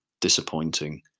disappointing